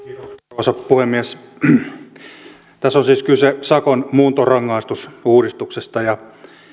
arvoisa puhemies tässä on siis kyse sakon muuntorangaistusuudistuksesta ja